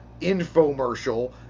infomercial